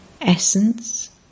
Essence